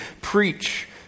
preach